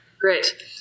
great